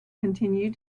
continued